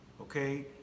Okay